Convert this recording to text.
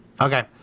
okay